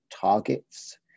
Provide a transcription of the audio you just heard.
targets